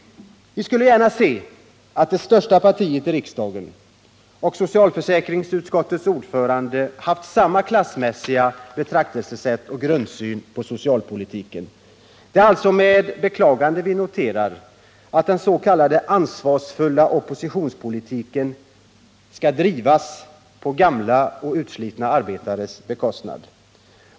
Vi skulle gärna se att det största partiet i riksdagen och socialförsäkringsutskottets ordförande haft samma klassmässiga betraktelsesätt och grundsyn på socialpolitiken. Det är alltså med beklagande vi noterar att den s.k. ansvarsfulla oppositionspolitiken drivs på gamla och utslitna arbetares bekostnad.